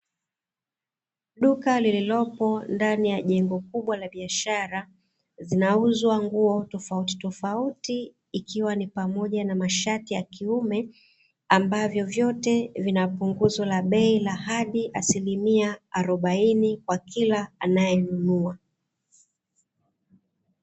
Duka lililopo ndani ya jengo kubwa la biashara, linauzwa nguo tofautitofauti ikiwa ni pamoja na mashati ya kiume, ambavyo vyote vina punguzo la bei la hadi asilimia arobaini kwa kila anayenunua.